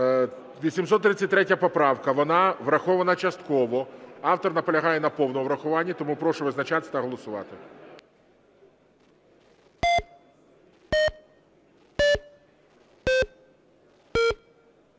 833 поправка. Вона врахована частково. Автор наполягає на повному врахуванні. Тому прошу визначатись та голосувати.